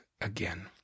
again